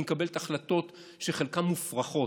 היא מקבלת החלטות שחלקן מופרכות.